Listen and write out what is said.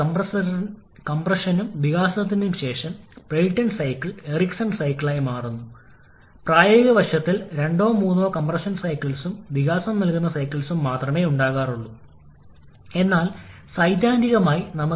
കംപ്രസ്സറിന്റെ ഐസന്റ്രോപിക് കാര്യക്ഷമത നൽകിയിരിക്കുന്നു അതിനാൽ നമ്മൾക്ക് പരമാവധി സൈക്കിൾ താപനില 650 0C ആയിരിക്കണം പരമാവധി സൈക്കിൾ താപനില Ts ഡയഗ്രാമിൽ നിന്ന് വ്യക്തമായി കാണുന്ന T3 പോയിന്റുമായി യോജിക്കുന്നു